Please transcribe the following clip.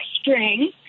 String